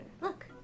Look